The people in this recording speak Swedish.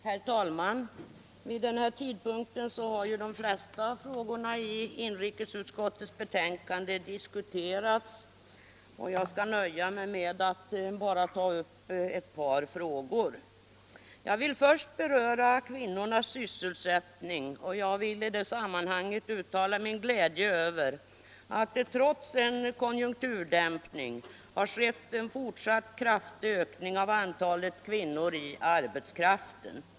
Herr talman! Vid denna tidpunkt har de flesta frågorna i inrikesutskottets betänkande diskuterats. Jag skall nöja mig med att ta upp ett par frågor. Jag vill först beröra kvinnornas sysselsättning. Jag vill uttala min glädje över att det trots en konjunkturdämpning skett en fortsatt kraftig ökning av antalet kvinnor i arbetskraften.